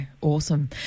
awesome